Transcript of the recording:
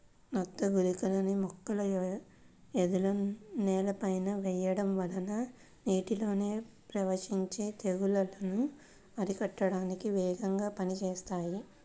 నత్త గుళికలని మొక్కల మొదలు నేలపైన వెయ్యడం వల్ల నీటిలోకి ప్రవేశించి తెగుల్లను అరికట్టడానికి వేగంగా పనిజేత్తాయి